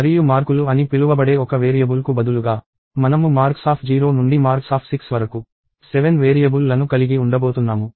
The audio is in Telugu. మరియు మార్కులు అని పిలువబడే ఒక వేరియబుల్కు బదులుగా మనము marks0 నుండి marks6 వరకు 7 వేరియబుల్లను కలిగి ఉండబోతున్నాము